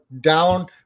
down